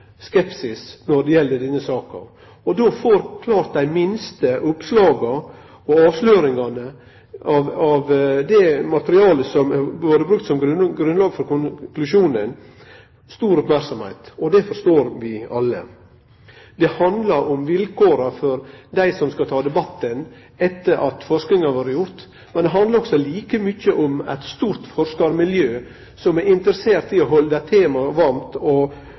skepsis når det gjeld denne saka. Då får dei minste oppslaga og avsløringane av det materialet som har vore brukt som grunnlag for konklusjonen, stor merksemd, og det forstår vi alle. Det handlar om vilkåra for dei som skal ta debatten etter at forskinga er gjort. Det handlar også like mykje om eit stort forskarmiljø som er interessert i å halde temaet varmt, og